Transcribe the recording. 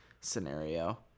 scenario